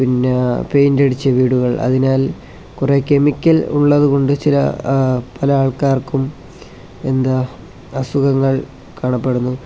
പിന്നെ പെയിന്റ് അടിച്ച വീടുകൾ അതിനാൽ കുറേ കെമിക്കൽ ഉള്ളതുകൊണ്ട് ചില പല ആൾക്കാർക്കും എന്താ അസുഖങ്ങൾ കാണപ്പെടുന്നു